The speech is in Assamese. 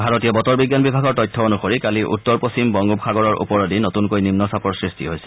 ভাৰতীয় বতৰ বিজ্ঞান বিভাগৰ তথ্য অনুসৰি কালি উত্তৰ পশ্চিম বংগোপ সাগৰৰ ওপৰেদি নতুনকৈ নিম্নচাপৰ সৃষ্টি হৈছে